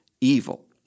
evil